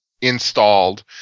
installed